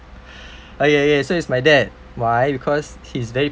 okay okay so it's my dad why because he's very